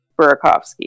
Burakovsky